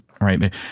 right